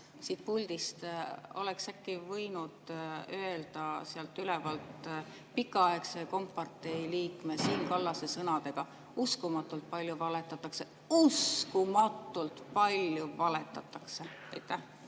siit puldist, äkki võinud öelda sealt ülevalt pikaaegse kompartei liikme Siim Kallase sõnadega: "Uskumatult palju valetatakse."? Uskumatult palju valetatakse. Jaa,